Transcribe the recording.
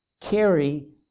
carry